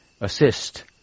assist